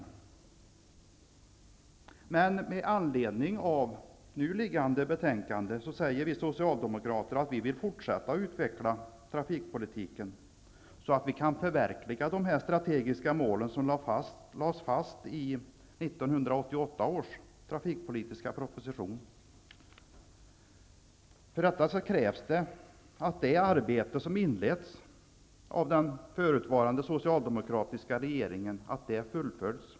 I det nu föreliggande utskottsbetänkandet om järnvägstrafiken framhåller vi socialdemokrater att vi vill fortsätta och utveckla trafikpolitiken, så att vi kan förverkliga de strategiska mål som lades fast i 1988 års trafikpolitiska proposition. För detta krävs att det arbete som inleddes av den socialdemokratiska regeringen fullföljs.